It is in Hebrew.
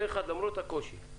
פה-אחד, למרות הקושי.